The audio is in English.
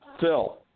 Phil